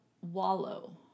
wallow